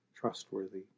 trustworthy